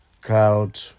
Cloud